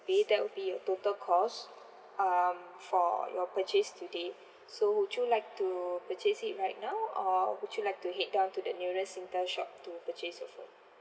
pay that would be your total cost um for your purchase today so would you like to purchase it right now or would you like to head down to the nearest Singtel shop to purchase your phone